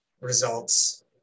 results